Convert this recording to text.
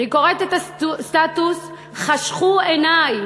אני קוראת את הסטטוס, חשכו עיני.